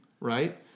Right